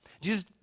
Jesus